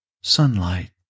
sunlight